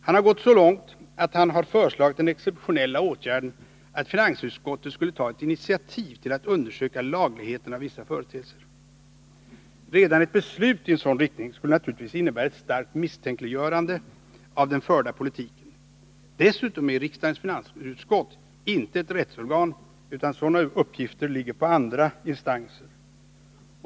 Han har gått så långt att han har föreslagit den exceptionella åtgärden att finansutskottet skulle ta ett initiativ till att undersöka lagligheten av vissa företeelser. Redan ett beslut i en sådan riktning skulle naturligtvis innebära ett starkt misstänkliggörande av den förda politiken. Dessutom är riksdagens finansutskott inte ett rättsorgan, utan sådana uppgifter ligger på andra instanser.